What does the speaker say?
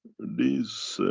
these,